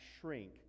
shrink